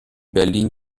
berlin